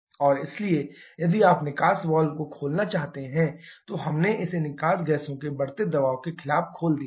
और इसलिए यदि आप निकास वाल्व को खोलना चाहते हैं तो हमने इसे निकास गैसों के बढ़ते दबाव के खिलाफ खोल दिया है